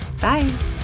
Bye